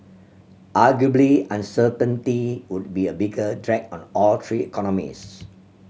arguably uncertainty would be a bigger drag on all three economies